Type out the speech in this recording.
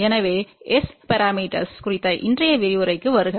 எனவே S parameters குறித்த இன்றைய விரிவுரைக்கு வருக